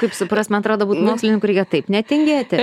kaip supras man atrodo mokslininkui reikia taip netingėti